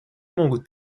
могут